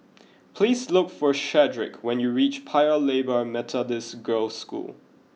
please look for Shedrick when you reach Paya Lebar Methodist Girls' School